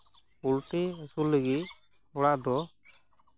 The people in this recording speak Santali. ᱯᱳᱞᱴᱤ ᱟᱹᱥᱩᱞ ᱞᱟᱹᱜᱤᱫ ᱚᱲᱟᱜ ᱫᱚ